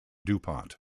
dupont